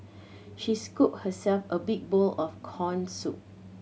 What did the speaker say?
she scooped herself a big bowl of corn soup